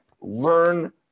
learn